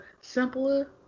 Simpler